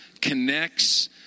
connects